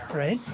right?